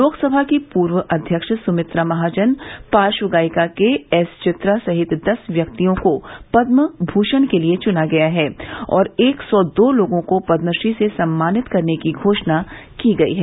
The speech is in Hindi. लोकसभा की पूर्व अध्यक्ष सुमित्रा महाजन पार्श्व गायिका के एसचित्रा सहित दस व्यक्तियों को पद्मभूषण के लिए चुना गया है और एक सौ दो लोगों को पदमश्री से सम्मानित करने की घोषणा की गयी है